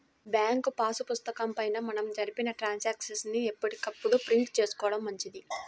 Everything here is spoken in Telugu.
బ్యాంకు పాసు పుస్తకం పైన మనం జరిపిన ట్రాన్సాక్షన్స్ ని ఎప్పటికప్పుడు ప్రింట్ చేయించుకోడం మంచిది